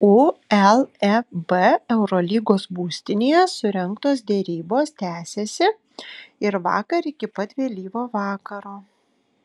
uleb eurolygos būstinėje surengtos derybos tęsėsi ir vakar iki pat vėlyvo vakaro